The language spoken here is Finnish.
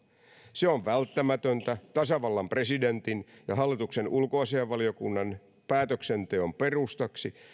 se on välttämätöntä tasavallan presidentin ja hallituksen ulkoasiainvaliokunnan päätöksenteon perustaksi